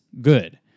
good